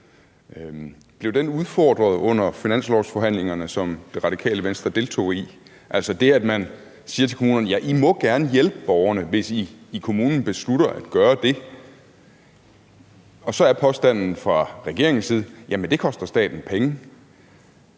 Blev den udfordret under finanslovsforhandlingerne, som Det Radikale Venstre deltog i, altså det, at man siger til kommunerne, at de gerne må hjælpe borgerne, hvis de i kommunen beslutter at gøre det, og at påstanden fra regeringens side så er, at det koster staten penge?